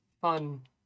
fun